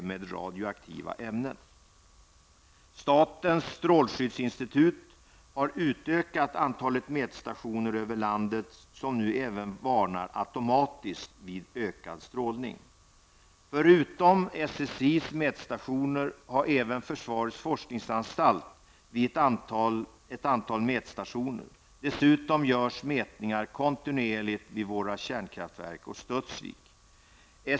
Statens strålskyddsinstitut har utökat antalet mätstationer över landet som nu även varnar automatiskt vid ökad strålning. -- Förutom SSIs mätstationer har även Försvarets forskningsanstalt ett antal mätstationer. Dessutom görs mätningar kontinuerligt vid våra kärnkraftverk och Studsvik.